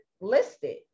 listed